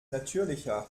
natürlicher